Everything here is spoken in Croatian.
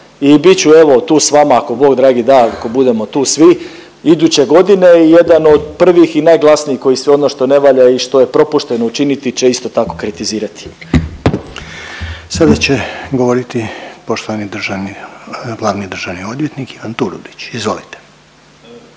I bit ću evo tu sa vama ako bog dragi da ako budemo tu svi iduće godine jedan od prvih i najglasnijih koji sve ono što ne valja i što je propušteno učiniti će isto tako kritizirati. **Reiner, Željko (HDZ)** Sada će govoriti poštovani državni, glavni državni odvjetnik Ivan Turudić. Izvolite.